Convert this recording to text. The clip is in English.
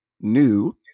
new